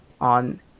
on